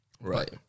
Right